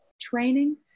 training